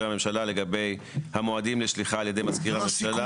הממשלה לגבי המועדים לשליחה על ידי מזכיר הממשלה.